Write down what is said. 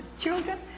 children